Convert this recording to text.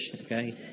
okay